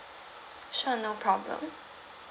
sure no problem